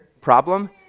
problem